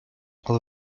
але